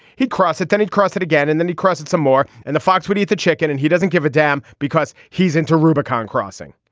he crossed it then he crossed it again and then he crossed it some more. and the fox would eat the chicken and he doesn't give a damn because he's into rubicon crossing.